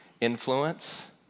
influence